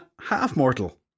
half-mortal